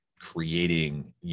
creating